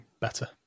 better